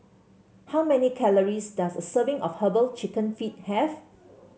how many calories does a serving of herbal chicken feet have